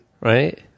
right